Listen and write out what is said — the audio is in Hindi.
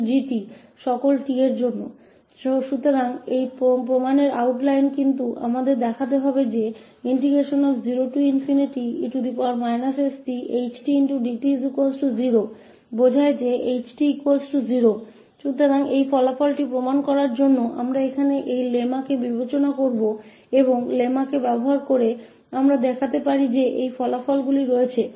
तो यह सबूत की रूपरेखा है लेकिन हमें दिखाना होगा कि 0e sth𝑡𝑑t0 इसका मतलब है कि ℎ𝑡 0 तो इस परिणाम को साबित करने के लिए हम यहां इस लेम्मा पर विचार करेंगे और इस लेम्मा का उपयोग करके हम दिखा सकते हैं कि यह परिणाम मान्य है